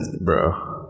Bro